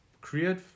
Create